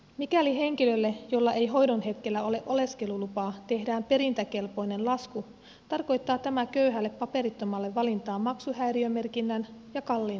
mikäli henkilölle jolla ei hoidon hetkellä ole oleskelulupaa tehdään perintäkelpoinen lasku tarkoittaa tämä köyhälle paperittomalle valintaa maksuhäiriömerkinnän ja kalliin hoidon väliltä